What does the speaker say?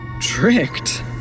Tricked